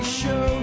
show